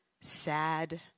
sad